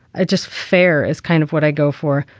it just fair is kind of what i go for.